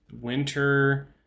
winter